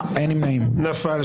הצבעה לא אושרה נפל.